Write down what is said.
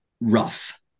rough